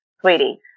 sweetie